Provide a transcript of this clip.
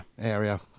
area